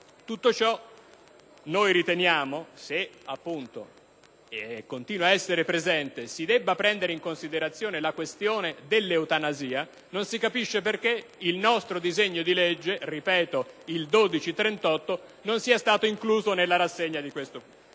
automaticamente venga cancellato. Se continua ad essere presente e si deve prendere in considerazione la questione dell'eutanasia, non si capisce perché il nostro disegno di legge n. 1238 non sia stato incluso nella rassegna di questo testo